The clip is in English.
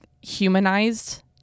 humanized